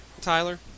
Tyler